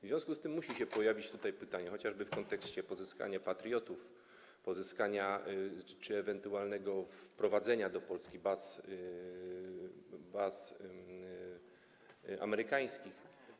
W związku z tym musi pojawić się tutaj pytanie chociażby w kontekście pozyskania patriotów, pozyskania czy ewentualnego wprowadzenia do Polski baz amerykańskich.